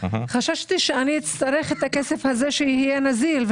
חששתי שאני אצטרך את הכסף הזה שיהיה נזיל.